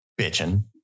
bitching